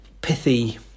pithy